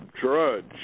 Drudge